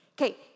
Okay